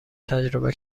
تجربه